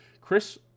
Chris